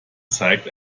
zeigt